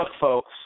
folks